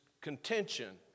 contention